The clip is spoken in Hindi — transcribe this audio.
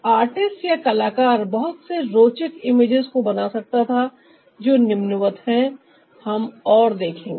आर्टिस्ट या कलाकार बहुत से रोचक इमेजेस को बना सकता था जो निम्नवत है हम और देखेंगे